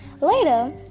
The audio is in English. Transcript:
Later